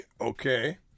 Okay